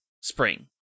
spring